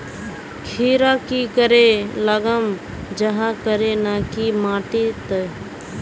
खीरा की करे लगाम जाहाँ करे ना की माटी त?